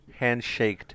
Handshaked